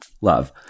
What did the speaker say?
Love